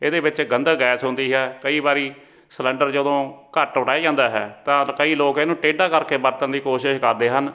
ਇਹਦੇ ਵਿੱਚ ਗੰਧਕ ਗੈਸ ਹੁੰਦੀ ਹੈ ਕਈ ਵਾਰੀ ਸਿਲੰਡਰ ਜਦੋਂ ਘੱਟ ਉਟਾਇਆ ਜਾਂਦਾ ਹੈ ਤਾਂ ਕਈ ਲੋਕ ਇਹਨੂੰ ਟੇਢਾ ਕਰਕੇ ਵਰਤਣ ਦੀ ਕੋਸ਼ਿਸ਼ ਕਰਦੇ ਹਨ